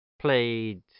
played